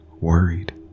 worried